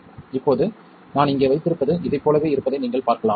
இப்போது நான் இங்கே வைத்திருப்பது இதைப் போலவே இருப்பதை நீங்கள் பார்க்கலாம்